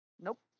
Nope